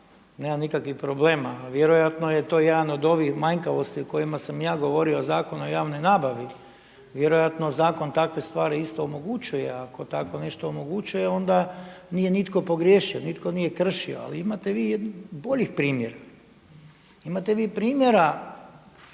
nema nikakvih problema, a vjerojatno je to jedan od ovih manjkavosti o kojima sam ja govorio Zakon o javnoj nabavi, vjerojatno Zakon takve stvari isto omogućuje. Ako tako nešto omogućuje, onda nije nitko pogriješio, nitko nije kršio. Ali imate vi boljih primjera. Imate vi primjera